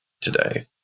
today